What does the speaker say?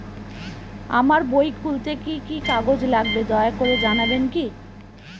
আমার বই খুলতে কি কি কাগজ লাগবে দয়া করে জানাবেন কি?